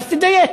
אז תדייק.